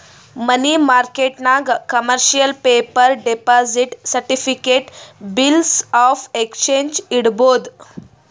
ಮನಿ ಮಾರ್ಕೆಟ್ನಾಗ್ commercial paper, deposit certificate, bills of exchange ಇಡ್ಬೋದ್